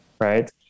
right